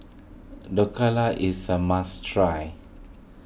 Dhokla is a must try